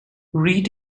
reed